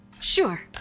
Sure